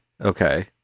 Okay